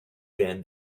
been